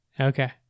Okay